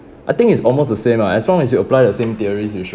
I think it's almost the same lah as long as you apply the same theories you should